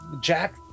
Jack